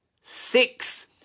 six